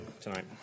tonight